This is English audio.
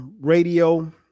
Radio